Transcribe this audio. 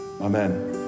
Amen